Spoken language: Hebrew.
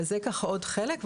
זה עוד חלק.